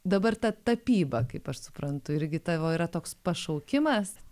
dabar ta tapyba kaip aš suprantu irgi tavo yra toks pašaukimas